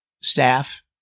Staff